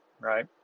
right